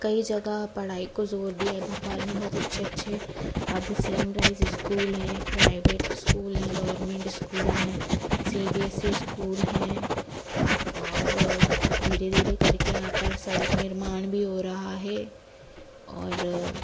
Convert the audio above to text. कई जगह पढ़ाई को जोर दिया है भोपाल में बहुत अच्छे अच्छे अब सेएम एम राइज़ स्कूल हैं प्राइवेट स्कूल हैं गवरमेंट स्कूल हैं C B S E school हैं और धीरे धीरे करके यहाँ पर सड़क निर्माण भी हो रहा है और